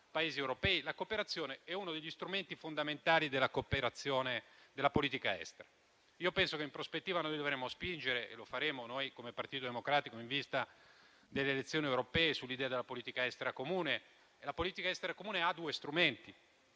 Paesi europei. La cooperazione è uno degli strumenti fondamentali della politica estera; penso che in prospettiva noi dovremmo spingere - e lo faremo noi come Partito Democratico in vista delle elezioni europee - sull'idea della politica estera comune, che ha due strumenti: